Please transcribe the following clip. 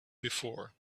before